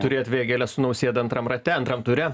turėt vėgėlę su nausėda antram rate antram ture